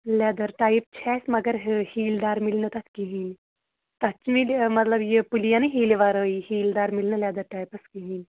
leather type چھِ اَسہِ مگر ہیٖل دار میلہِ نہٕ تَتھ کِہیٖنٛۍ تتھ میلہِ مطلب یہِ پُلینٕے ہیٖلہِ وَرٲیی ہیٖلہِ دار میلہِ نہٕ لیٚدَر ٹایپَس کِہیٖنٛۍ